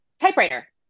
typewriter